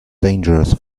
dangerous